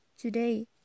today